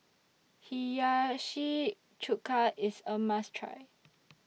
Hiyashi Chuka IS A must Try